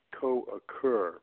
co-occur